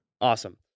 Awesome